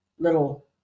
Little